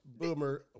boomer